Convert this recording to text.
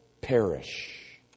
perish